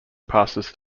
passes